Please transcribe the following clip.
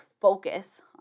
focus